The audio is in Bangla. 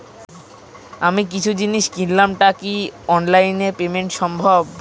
আমি কিছু জিনিস কিনলাম টা কি অনলাইন এ পেমেন্ট সম্বভ?